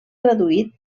traduït